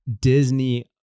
Disney